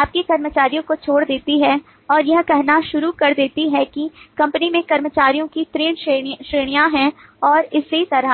अपने कर्मचारियों को छोड़ देती है और यह कहना शुरू कर देती है कि कंपनी में कर्मचारियों की तीन श्रेणियां हैं और इसी तरह